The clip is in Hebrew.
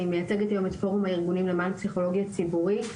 אני מייצגת היום את פורום הארגונים למען פסיכולוגיה ציבורית.